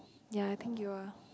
ya I think you are